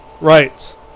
Right